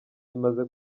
imaze